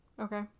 Okay